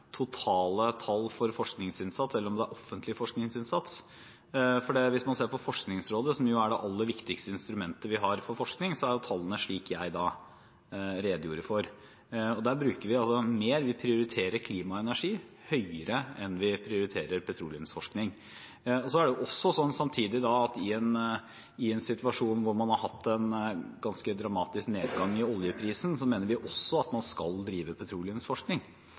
offentlig forskningsinnsats. Hvis man ser til Forskningsrådet, som jo er det aller viktigste instrumentet for forskning, er tallene slik jeg redegjorde for. Der bruker vi altså mer. Vi prioriterer klimaenergi høyere enn vi prioriterer petroleumsforskning. Så er det samtidig sånn at i en situasjon hvor man har hatt en ganske dramatisk nedgang i oljeprisen, mener vi også at man skal drive petroleumsforskning